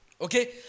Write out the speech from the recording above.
okay